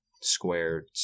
Squared